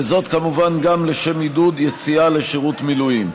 וזאת כמובן גם לשם עידוד יציאה לשירות מילואים.